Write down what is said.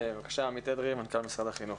בבקשה, עמית אדרי, מנכ"ל משרד החינוך.